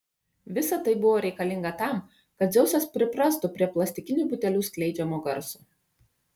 visa tai buvo reikalinga tam kad dzeusas priprastų prie plastikinių butelių skleidžiamo garso